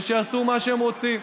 ושיעשו מה שהם רוצים.